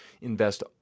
invest